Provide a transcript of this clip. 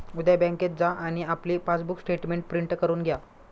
उद्या बँकेत जा आणि आपले पासबुक स्टेटमेंट प्रिंट करून घ्या